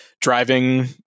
driving